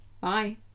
bye